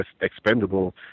expendable